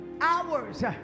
Hours